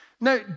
Now